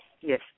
Yes